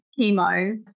chemo